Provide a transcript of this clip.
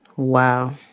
Wow